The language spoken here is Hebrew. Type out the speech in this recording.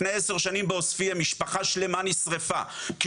לפני 10 שנים בעוספיא משפחה שלמה נשרפה כי